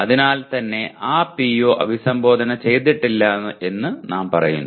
അതിനാൽ തന്നെ ആ PO അഭിസംബോധന ചെയ്തിട്ടില്ലെന്ന് നാം പറയുന്നു